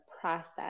process